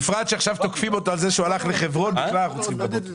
לפני רגע 52 מיליון שקלים בפניית ה-פלט.